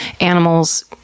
animals